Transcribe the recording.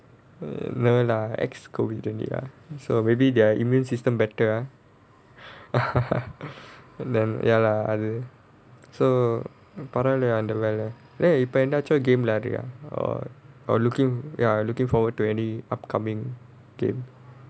no lah ex COVID then ya so maybe their immune system better ah and then ya lah அது:athu so பரவால:paravaala dey இப்போ ஏதாச்சும்:ippo yethachum game விளையாடுறியா:vilaiyaaduriyaa or or looking forward to any upcoming game